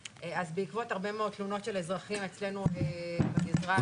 בעקבות הרבה מאוד תלונות של אזרחים אצלנו בגזרה אנחנו